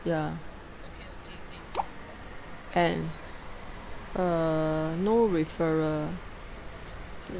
ya and uh referral